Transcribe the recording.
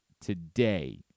today